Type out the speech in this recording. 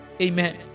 Amen